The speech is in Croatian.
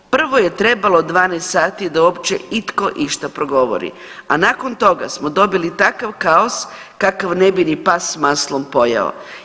Prvo je trebalo 12 sati da uopće itko išta progovori, a nakon toga smo dobili takav kaos kakav ne bi ni pas s maslom pojeo.